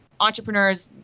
entrepreneurs